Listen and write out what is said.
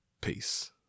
Peace